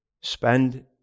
spend